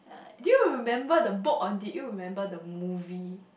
do you remember the book or did you remember the movie